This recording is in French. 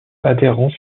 adhérents